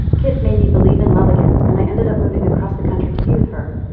kit made me believe in love again and i ended up moving across the country to be with her.